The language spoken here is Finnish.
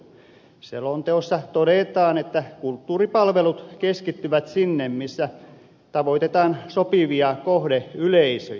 selon teossa todetaan että kulttuuripalvelut keskittyvät sinne missä tavoitetaan sopivia kohdeyleisöjä